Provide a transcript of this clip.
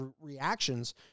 reactions